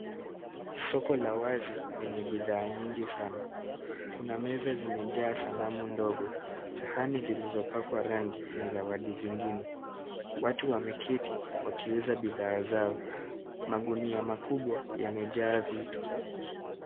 Soko la wazi lenye bidhaa nyingi sana. Kuna meza zimejaa sanamu ndogo, sahani zilizopakwa rangi na zawadi zingine. Watu wameketi, wakiuza bidhaa zao. Magunia ya makubwa yamejaa zitu.